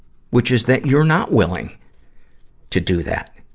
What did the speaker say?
which is that you're not willing to do that.